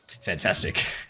fantastic